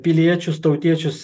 piliečius tautiečius